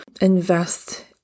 invest